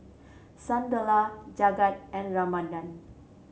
Sunderlal Jagat and Ramanand